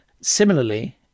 Similarly